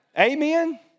amen